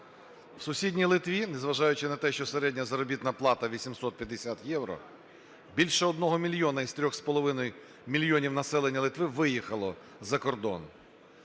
В сусідній Литві, незважаючи на те, що середня заробітна плата 850 євро, більше 1 мільйона із 3,5 мільйонів населення Литви виїхало за кордон.